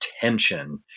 tension